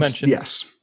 Yes